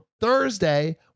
Thursday